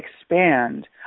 expand